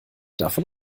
davon